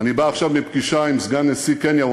אני בא עכשיו מפגישה עם סגן נשיא קניה.